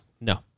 no